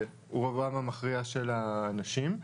לרובם המכריע של האנשים,